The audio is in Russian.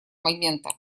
момента